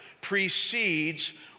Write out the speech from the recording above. precedes